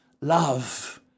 Love